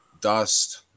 dust